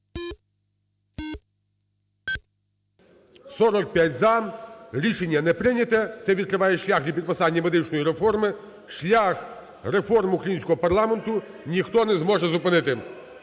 За-45 Рішення не прийнято. Це відкриває шлях для підписання медичної реформи, шлях реформ українського парламенту ніхто не зможе зупинити.